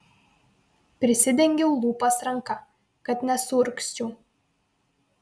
prisidengiau lūpas ranka kad nesuurgzčiau